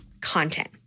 content